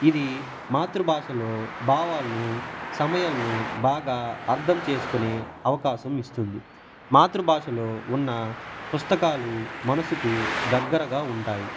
ఇది మాతృభాషలో భావాలును సమయాలను బాగా అర్థం చేసుకునే అవకాశం ఇస్తుంది మాతృభాషలో ఉన్న పుస్తకాలు మనసుకు దగ్గరగా ఉంటాయి